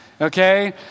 okay